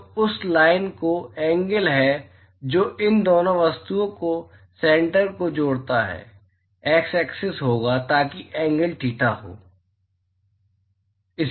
तो यह उस लाइन का एंगल है जो इन दोनों वस्तुओं के सेन्टर को जोड़ता है x एक्सिस होगा ताकि एंगल थीटा हो